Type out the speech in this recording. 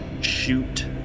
shoot